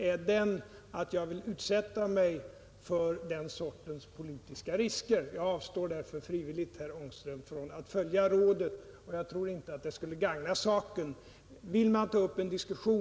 ä KE RR A A TE ö 13 april 1971 Jag avstår därför frivilligt, herr Ångström från att följa rådet, och jag tror inte heller att det skulle gagna saken. Vill man ta upp en diskussion = Ang.